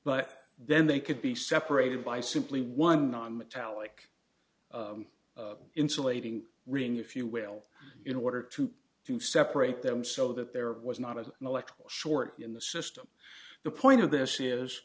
but then they could be separated by simply one nonmetallic insulating ring if you will in order to to separate them so that there was not an electrical short in the system the point of this is